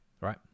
right